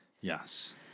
yes